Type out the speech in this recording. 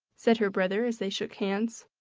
said her brother as they shook hands.